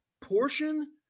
portion